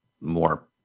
more